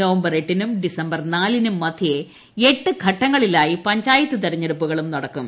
November എട്ടിനും December നാലിനും മദ്ധ്യേ എട്ട് ഘട്ടങ്ങളിലായി പഞ്ചായത്ത് തെരഞ്ഞെടുപ്പുകളും നടക്കും